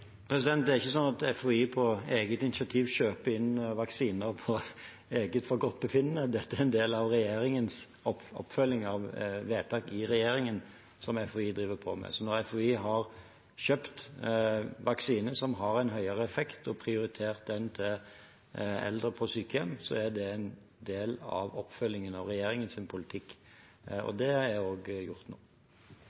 Det er ikke sånn at FHI på eget initiativ kjøper inn vaksiner etter eget forgodtbefinnende. Det er en del av en oppfølging av vedtak i regjeringen FHI driver på med. Når FHI har kjøpt vaksine som har en høyere effekt, og prioritert den til eldre på sykehjem, er det en del av oppfølgingen av regjeringens politikk.